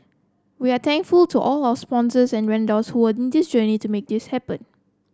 we are thankful to all our sponsors and vendors who were in this journey to make this happen